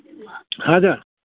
हजुर